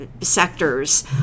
sectors